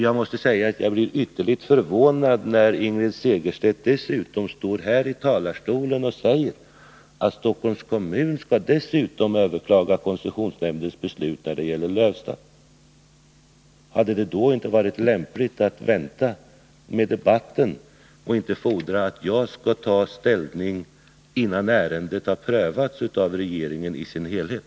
Jag måste säga att jag blev ytterligt förvånad när Ingrid Segerström dessutom från kammarens talarstol sade att Stockholms kommun skall överklaga koncessionsnämndens beslut när det gäller Lövsta. Hade det då inte varit lämpligt att vänta med debatten och inte fordra att jag skall ta ställning innan ärendet har prövats av regeringen i dess helhet?